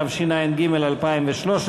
הרווחה